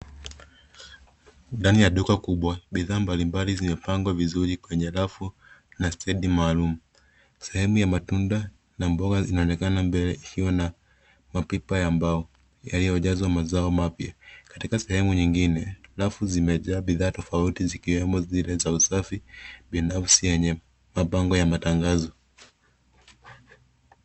Ndani ya duka kubwa, bidhaa mbalimbali zimepangwa vizuri kwenye rafu na stendi maalum. Sehemu ya matunda na mboga inaonekana mbele ikiwa na mapipa ya mbao yaliyojazwa mazao mapya. Katika sehemu nyingine, rafu zimejaa bidhaa tofauti zikiwemo zile za usafi binafsi yenye mabango ya matangazo.